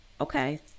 Okay